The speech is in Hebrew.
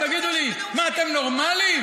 תגידו לי, אתם נורמליים?